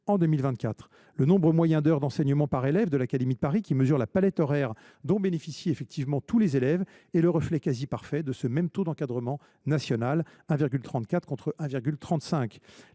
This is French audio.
en 2024. Le nombre moyen d’heures d’enseignement par élève de l’académie de Paris, qui mesure la palette horaire dont bénéficient effectivement tous les élèves, est le reflet quasi parfait de ce même taux d’encadrement national : 1,34, contre 1,35.